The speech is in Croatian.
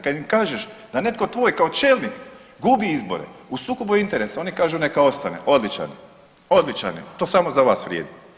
Kad im kažeš da netko tvoj kao čelnik gubi izbore u sukobu interesa oni kažu neka ostane, odličan je, odličan je, to samo za vas vrijedi.